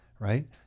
Right